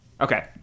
okay